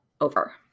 over